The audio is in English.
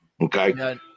Okay